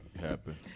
happen